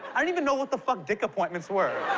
and even know what the fuck dick appointments were.